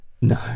No